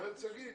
אומרת שגית